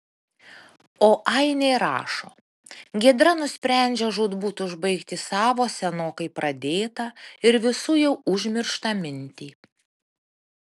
o ainė rašo giedra nusprendžia žūtbūt užbaigti savo senokai pradėtą ir visų jau užmirštą mintį